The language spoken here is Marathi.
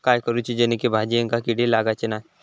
काय करूचा जेणेकी भाजायेंका किडे लागाचे नाय?